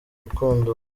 rukundo